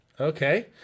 Okay